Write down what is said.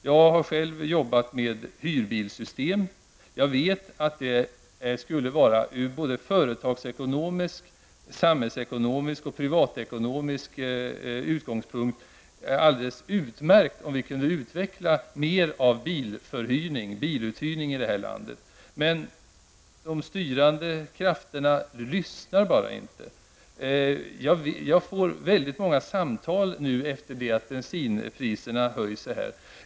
Jag har själv jobbat med hyrbilssystem. Jag är övertygad om att det företagsekonomiskt, samhällsekonomiskt och privatekonomiskt skulle vara alldeles utmärkt om vi kunde utveckla biluthyrningen mera i vårt land. Men de styrande krafterna lyssnar helt enkelt inte. Jag vet dock vad jag talar om, för jag har fått väldigt många samtal efter det att bensinpriserna började höjas.